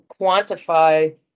quantify